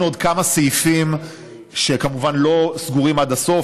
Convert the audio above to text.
עוד כמה סעיפים שכמובן לא סגורים עד הסוף.